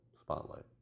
spotlight